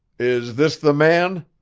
is this the man?